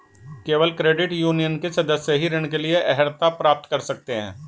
केवल credit union के सदस्य ही ऋण के लिए अर्हता प्राप्त कर सकते हैं